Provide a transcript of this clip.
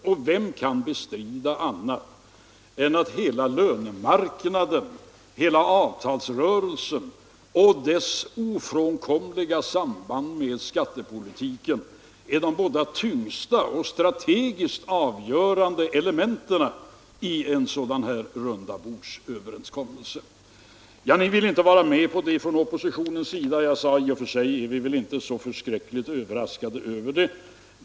Och vem kan bestrida att löneutvecklingen, avtalsrörelsen och dess ofrånkomliga samband med skattepolitiken är de båda tyngsta och strategiskt avgörande elementen i en sådan här rundabordsöverenskommelse? Ni vill inte vara med på det från oppositionens sida. I och för sig är vi inte så förskräckligt överraskade över det.